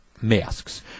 masks